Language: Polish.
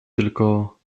tylko